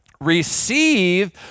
receive